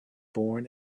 born